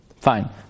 Fine